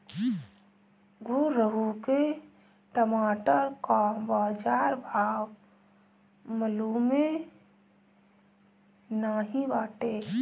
घुरहु के टमाटर कअ बजार भाव मलूमे नाइ बाटे